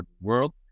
world